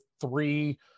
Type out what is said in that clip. three